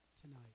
tonight